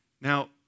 Now